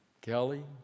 Kelly